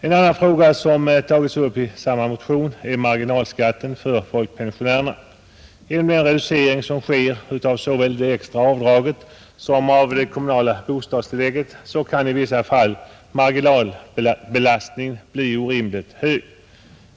En annan fråga som har tagits upp i samma motion är marginalskatten för folkpensionärerna. Genom den reducering som sker av såväl det extra avdraget som av det kommunala bostadstillägget kan marginalbelastningen i vissa fall bli orimligt hög.